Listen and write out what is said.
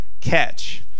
catch